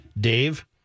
Dave